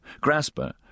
Grasper